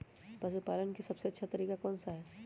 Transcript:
पशु पालन का सबसे अच्छा तरीका कौन सा हैँ?